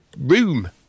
room